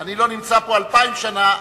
שאני לא נמצא פה 2,000 שנה,